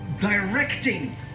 directing